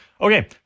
okay